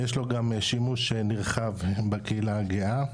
יש לו גם שימוש נרחב בקהילה הגאה,